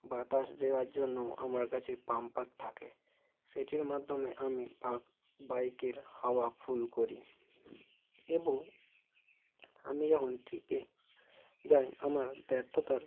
বাতাস দেওয়ার জন্য আমার কাছে পাম্পার থাকে সেটির মাধ্যমে আমি বা বাইকের হাওয়া ফুল করি এবং আমি যখন ট্রিপে যাই আমার ব্যর্থতার